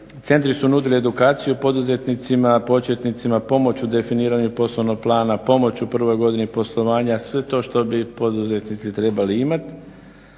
Centri su nudili edukaciju poduzetnicima početnicima, pomoć u definiranju poslovnog plana, pomoć u prvoj godini poslovanja, sve to što bi poduzetnici trebali imat.